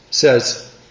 Says